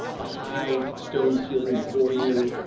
the high stone ceiling before you.